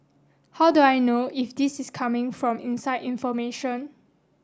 how do I know if this is coming from inside information